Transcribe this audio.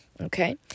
Okay